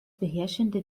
beherrschende